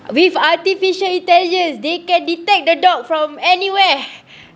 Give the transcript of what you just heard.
with artificial intelligence they can detect the dog from anywhere